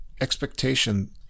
expectation